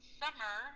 summer